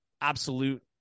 absolute